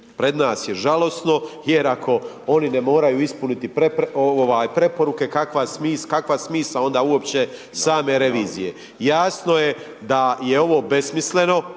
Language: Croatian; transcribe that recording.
pred nas je žalosno, jer ako oni ne moraju ispuniti ovaj preporuke kakva smisao onda uopće same revizije. Jasno je da je ovo besmisleno,